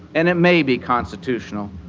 and it may be constitutional,